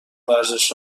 ورزش